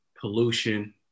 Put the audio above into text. pollution